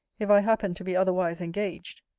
if i happen to be otherwise engaged.